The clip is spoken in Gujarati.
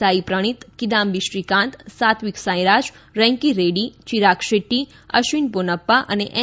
સાઈ પ્રણિત કિદાંબી શ્રીકાંત સાત્વિક સાઈરાજ રૈંકી રેડ્ડી ચિરાગ શેદ્દી અશ્વિન પોનપ્પા અને એન